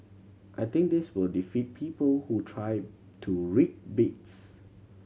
I think this will defeat people who try to rig bids